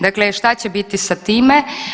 Dakle, šta će biti sa time?